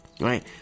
right